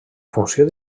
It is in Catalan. funció